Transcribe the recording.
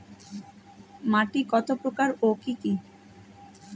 মাটি কতপ্রকার ও কি কী?